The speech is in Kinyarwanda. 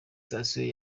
station